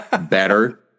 better